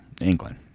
england